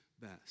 best